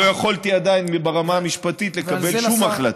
לא יכולתי עדיין ברמה המשפטית לקבל שום החלטה.